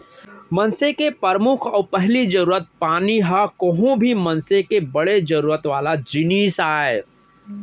मनसे के परमुख अउ पहिली जरूरत पानी ह कोहूं भी मनसे के बड़े जरूरत वाला जिनिस आय